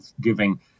giving